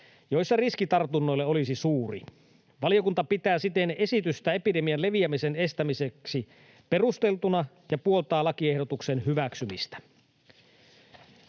joissa riski tartunnoille olisi suuri. Valiokunta pitää siten esitystä epidemian leviämisen estämiseksi perusteltuna ja puoltaa lakiehdotuksen hyväksymistä.